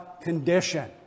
condition